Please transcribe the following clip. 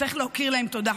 צריך להכיר להם תודה.